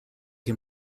him